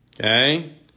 okay